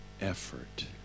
effort